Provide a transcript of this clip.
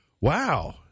wow